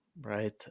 right